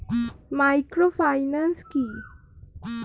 Microfinance কি?